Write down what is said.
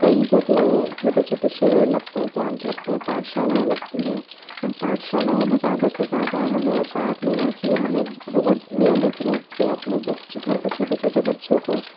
कई जगह छोटे छोटे शिविर लगते हैं कैम्प लगते हैं पाठशालाएँ लगती हैं इन पाठशालाओं में जादा से जादा हमें पार्ट लेना चाहिए हमें रोज नियमित रुप से अपने बच घर के छोटे छोटे बच्चों को